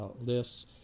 lists